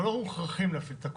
אבל לא מוכרחים להפעיל את הכוח.